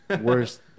worst